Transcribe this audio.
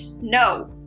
No